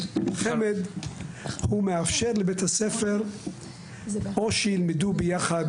חמ"ד מאפשר לבית הספר או שילמדו ביחד,